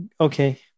Okay